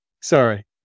Sorry